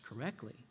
correctly